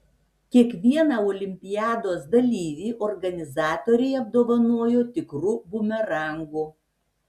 kiekvieną olimpiados dalyvį organizatoriai apdovanojo tikru bumerangu